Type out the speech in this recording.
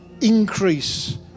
increase